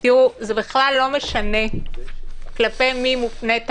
זה בכלל לא משנה כלפי מי מופנית האלימות.